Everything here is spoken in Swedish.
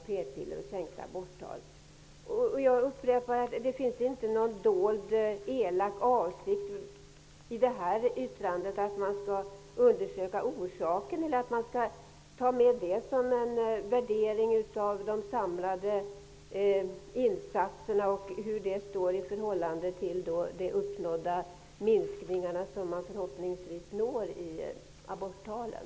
Jag upprepar: Det finns inte någon dold elak avsikt i att man skall undersöka orsakerna eller göra en utvärdering av de samlade insatserna i förhållande till de, förhoppningsvis, uppnådda minskningarna av aborttalen.